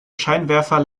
scheinwerfer